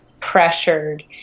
pressured